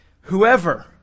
Whoever